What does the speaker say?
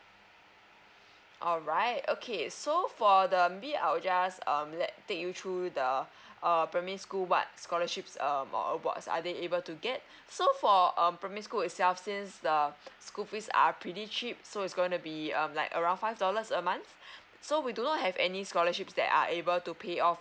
alright okay so for them be I'll just um let take you through the err primary school what scholarships um or what are they able to get so for um primary school itself since the school fees are pretty cheap so it's gonna be um like around five dollars a month so we do not have any scholarships that are able to pay off